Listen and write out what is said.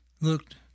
looked